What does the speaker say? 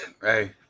hey